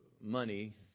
money